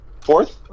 fourth